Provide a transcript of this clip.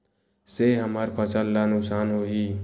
से हमर फसल ला नुकसान होही?